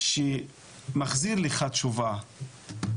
שמחזיר לך תשובה,